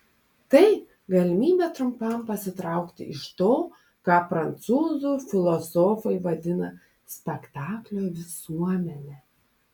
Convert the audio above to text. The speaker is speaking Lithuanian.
tai galimybė trumpam pasitraukti iš to ką prancūzų filosofai vadina spektaklio visuomene